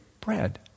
bread